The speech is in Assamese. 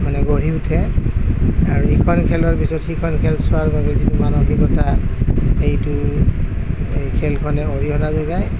মানে গঢ়ি উঠে আৰু ইখন খেলৰ পিছত সিখন খেল চোৱাৰ বাবে যিটো মানসিকতা সেইটো এই খেলখনে অৰিহণা যোগায়